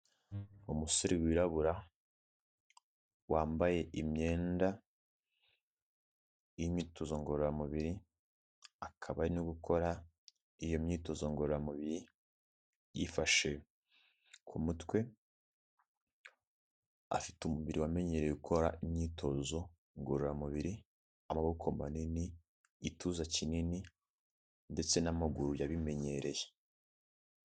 Umusore wirabura, wambaye imyenda y'imyitozo ngororamubiri, akaba ari no gukora iyo myitozo ngororamubiri, yifashe ku mutwe, afite umubiri wamenyereye gukora imyitozo ngororamubiri , amaboko manini, igituza kinini, ndetse n'amaguru yabimenyereye